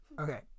Okay